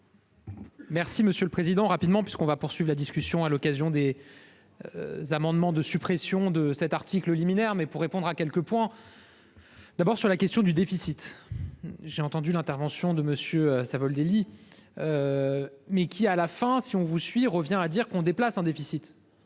Monsieur le Président rapidement puisqu'on va poursuivent la discussion à l'occasion des. Amendements de suppression de cet article liminaire mais pour répondre à quelques points. D'abord sur la question du déficit. J'ai entendu l'intervention de monsieur. Savoldelli. Mais qui à la fin si on vous suit revient à dire qu'on déplace en déficit.